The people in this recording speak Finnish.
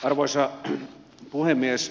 arvoisa puhemies